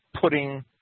putting